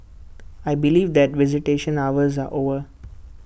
I believe that visitation hours are over